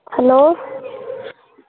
hello